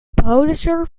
producer